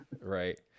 Right